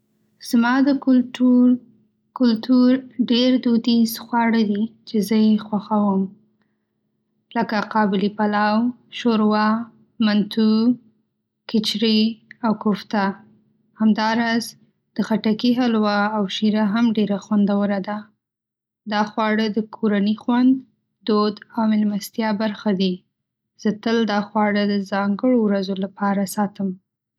زما د کلټور- کلتور ډېر دودیز خواړه دي چې زه یې خوښوم. لکه قابلي پلو، شوروا، منتو، کچري، او کوفته. همداراز، د خټکي حلوا او شیره هم ډېره خوندوره ده. دا خواړه د کورني خوند، دود، او میلمستیا برخه ده. زه تل دا خواړه د ځانګړو ورځو لپاره ساتم.